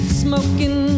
smoking